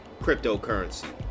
cryptocurrency